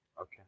Okay